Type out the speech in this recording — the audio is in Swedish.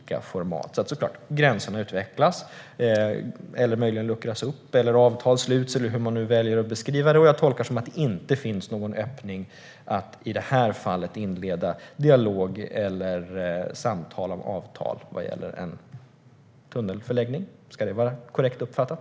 Gränserna luckras dock upp och avtal sluts, eller hur man nu väljer att beskriva det. Men jag tolkar det som att det inte finns någon öppning att i det här fallet inleda dialog eller samtal om avtal om en tunnelförläggning. Är det korrekt uppfattat?